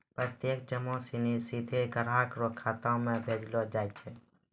प्रत्यक्ष जमा सिनी सीधे ग्राहक रो खातो म भेजलो जाय छै